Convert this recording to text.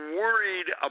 worried